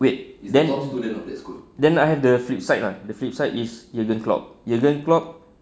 wait then then I have the flip side ah the flip side is you eden clock eden clock